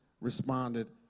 responded